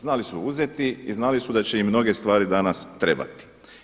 Znali su uzeti i znali su da će im mnoge stvari danas trebati.